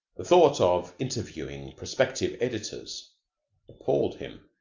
the thought of interviewing prospective editors appalled him.